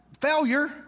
failure